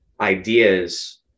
ideas